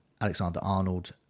Alexander-Arnold